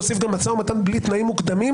תוסיף גם משא ומתן בלי תנאים מוקדמים,